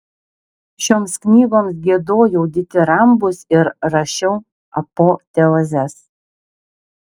šioms knygoms giedojau ditirambus ir rašiau apoteozes